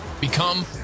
Become